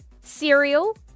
cereal